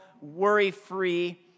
worry-free